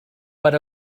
per